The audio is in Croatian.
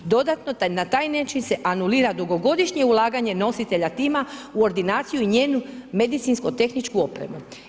Dodatno na taj način se anulira dugogodišnje ulaganje nositelja tima u ordinaciju i njenu medicinskotehničku opremu.